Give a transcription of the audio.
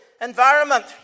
environment